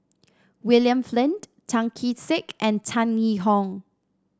William Flint Tan Kee Sek and Tan Yee Hong